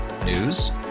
News